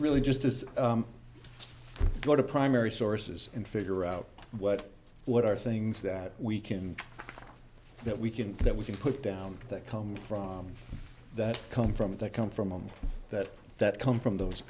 really just as a primary sources and figure out what what are things that we can that we can that we can put down that come from that come from that come from that that come from those